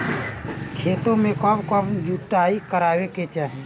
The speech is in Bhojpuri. खेतो में कब कब जुताई करावे के चाहि?